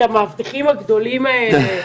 המאבטחים הגדולים האלה,